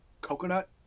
Coconut